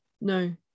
no